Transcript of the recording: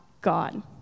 God